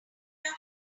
your